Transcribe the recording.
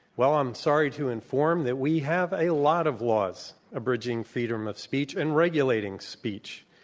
well, i'm sorry to inform that we have a lot of laws abridging freedom of speech and regulating speech.